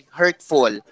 hurtful